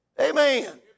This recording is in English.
Amen